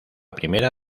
primera